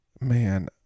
man